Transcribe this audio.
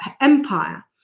empire